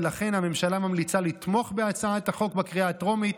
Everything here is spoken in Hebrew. ולכן הממשלה ממליצה לתמוך בהצעת החוק בקריאה הטרומית,